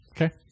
Okay